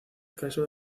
caso